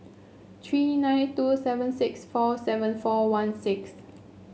three nine two seven six four seven four one six